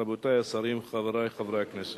רבותי השרים, חברי חברי הכנסת,